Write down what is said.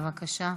בבקשה.